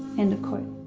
end of quote.